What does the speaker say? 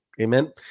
amen